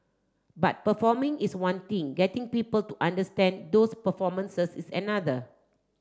but performing is one thing getting people to understand those performances is another